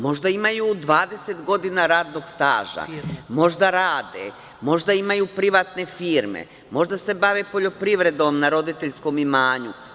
Možda imaju 20 godina radnog staža, možda rade, možda imaju privatne firme, možda se bave poljoprivredom na roditeljskom imanju.